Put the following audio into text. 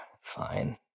Fine